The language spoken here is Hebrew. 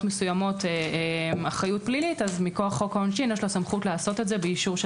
מסוימות יש לו סמכות לעשות את זה מכוח חוק העונשין,